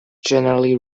generally